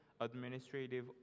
administrative